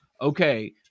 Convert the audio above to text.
Okay